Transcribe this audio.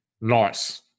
Nice